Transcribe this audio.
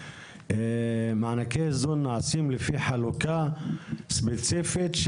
מענקי איזון נעשים לפי חלוקה ספציפית,